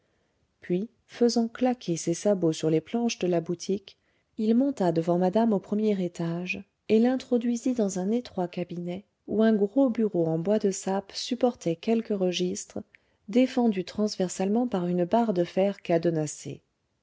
puis faisant claquer ses sabots sur les planches de la boutique il monta devant madame au premier étage et l'introduisit dans un étroit cabinet où un gros bureau en bois de sape supportait quelques registres défendus transversalement par une barre de fer cadenassée